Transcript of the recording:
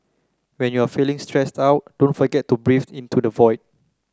when you are feeling stressed out don't forget to breathe into the void